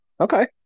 Okay